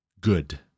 good